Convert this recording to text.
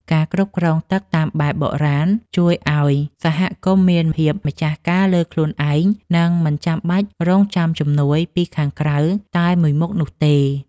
ការគ្រប់គ្រងទឹកតាមបែបបុរាណជួយឱ្យសហគមន៍មានភាពម្ចាស់ការលើខ្លួនឯង និងមិនចាំបាច់រង់ចាំជំនួយពីខាងក្រៅតែមួយមុខនោះទេ។